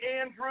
Andrew